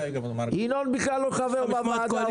ינון בכלל לא חבר בוועדה.